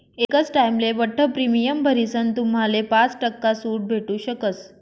एकच टाइमले बठ्ठ प्रीमियम भरीसन तुम्हाले पाच टक्का सूट भेटू शकस